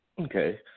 Okay